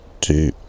two